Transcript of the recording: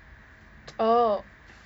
oh